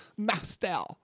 Mastel